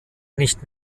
nicht